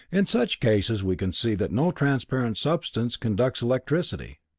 in such cases we can see that no transparent substance conducts electricity.